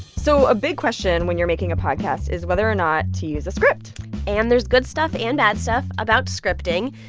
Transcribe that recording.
so a big question when you're making a podcast is whether or not to use a script and there's good stuff and bad stuff about scripting.